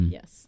Yes